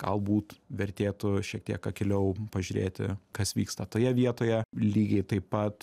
galbūt vertėtų šiek tiek akyliau pažiūrėti kas vyksta toje vietoje lygiai taip pat